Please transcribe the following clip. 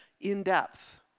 in-depth